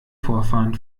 vorfahren